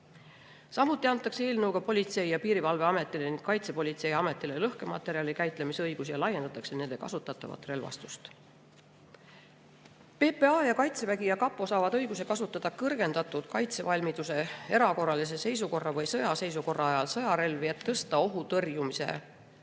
Samuti antakse eelnõuga Politsei- ja Piirivalveametile ning Kaitsepolitseiametile lõhkematerjali käitlemise õigus ja laiendatakse nende kasutatavat relvastust. PPA, Kaitsevägi ja kapo saavad õiguse kasutada kõrgendatud kaitsevalmiduse, erakorralise seisukorra või sõjaseisukorra ajal sõjarelvi, et tõsta ohu tõrjumise,